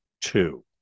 two